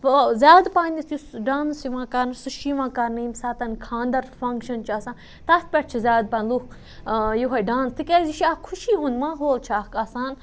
زیادٕ پَہنٮ۪تھ یُس ڈانٕس یِوان کَرنہٕ سُہ چھِ یِوان کَرنہٕ ییٚمہِ ساتَن خاندَر فنٛگشَن چھُ آسان تَتھ پٮ۪ٹھ چھِ زیادٕ پَہَن لُکھ یوٚہَے ڈانٕس تِکیٛازِ یہِ چھِ اَکھ خوشی ہُنٛد ماحول چھِ اَکھ آسان